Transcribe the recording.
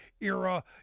era